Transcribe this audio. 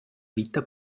vita